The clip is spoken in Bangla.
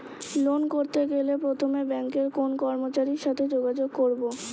লোন করতে গেলে প্রথমে ব্যাঙ্কের কোন কর্মচারীর সাথে যোগাযোগ করব?